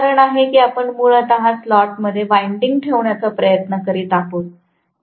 आणि हेच कारण आहे की आपण मूलभूतपणे स्लॉटमध्ये वाईन्डिन्ग ठेवण्याचा प्रयत्न करीत आहोत